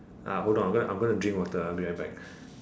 ah hold on I'm gonna I'm gonna drink water ah I'll be right back